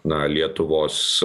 na lietuvos